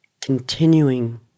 continuing